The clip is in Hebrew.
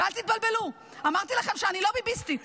ואל תתבלבלו, אמרתי לכם שאני לא ביביסטית.